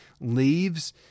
leaves